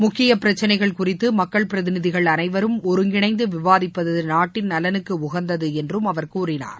முக்கிய பிரச்சினைகள் குறித்து மக்கள் பிரதிநிதிகள் அனைவரும் ஒருங்கிணைந்து விவாதிப்பது நாட்டின் நலனுக்கு உகந்தது என்றும் திரு நரேந்திர மோடி கூறினார்